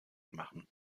machen